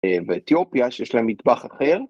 ‫באתיופיה, שיש להם מטבח אחר.